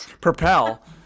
Propel